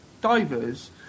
divers